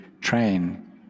train